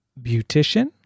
beautician